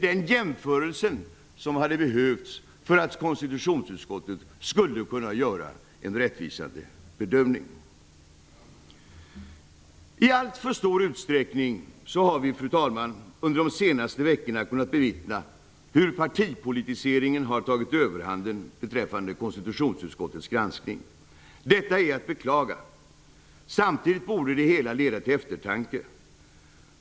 Den jämförelsen hade behövts för att konstitutionsutskottet skulle kunna göra en rättvis bedömning. Fru talman! I alltför stor utsträckning har vi under de senaste veckorna kunnat bevittna hur partipolitiseringen har tagit överhanden när det gäller konstitutionsutskottets granskning. Detta är att beklaga. Samtidigt borde det hela leda till eftertanke.